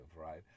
right